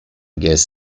guess